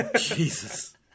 Jesus